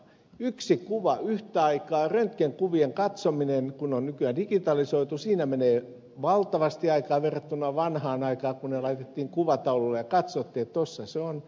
yksi kuva yhtä aikaa kun röntgenkuvien katsominen on nykyään digitalisoitu siinä menee valtavasti aikaa verrattuna vanhaan aikaan kun ne laitettiin kuvataululle ja katsottiin että tuossa se on